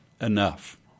enough